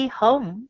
home